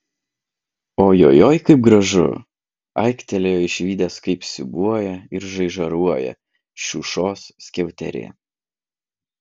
ojojoi kaip gražu aiktelėjo išvydęs kaip siūbuoja ir žaižaruoja šiušos skiauterė